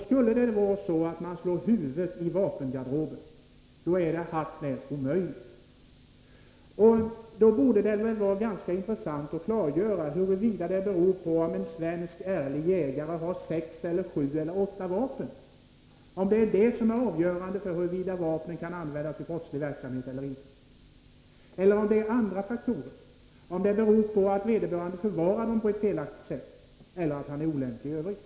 Skulle det vara så att man slår huvudet i vapengarderoben är det hart när omöjligt, och då borde det väl vara ganska intressant att klargöra huruvida det beror på om en svensk ärlig jägare har sex, sju eller åtta vapen. Är det detta som är avgörande för huruvida vapnen kan användas vid brottslig verksamhet eller om det är andra faktorer — om det beror på att vederbörande förvarar dem på ett felaktigt sätt eller att han är olämplig i övrigt.